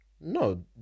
No